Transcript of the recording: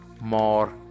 more